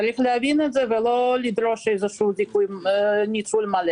צריך להבין את זה ולא לדרוש ניצול מלא.